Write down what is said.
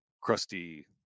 crusty